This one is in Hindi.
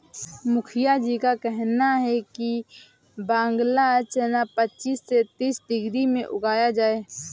मुखिया जी का कहना है कि बांग्ला चना पच्चीस से तीस डिग्री में उगाया जाए